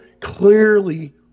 clearly